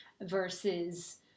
versus